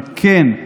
אבל כן,